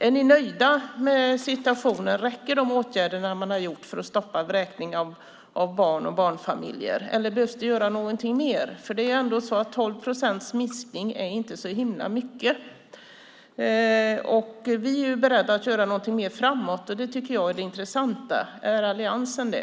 Är ni nöjda med situationen? Räcker de åtgärder man har vidtagit för att stoppa vräkningar av barn och barnfamiljer, eller behöver det göras någonting mer? 12 procents minskning är ändå inte är så himla mycket. Vi är beredda att göra någonting mer framåt, och det tycker jag är det intressanta. Är Alliansen det?